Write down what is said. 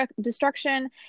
destruction